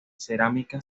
cerámica